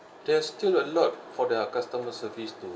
there's still a lot for their customer service to